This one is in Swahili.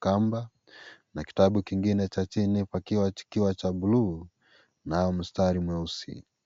kamba na kitabu kingine cha chini pakiwa chikiwa cha buluu nayo mistari meusi.